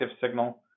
signal